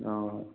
অঁ